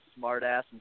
smartass